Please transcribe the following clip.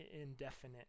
indefinite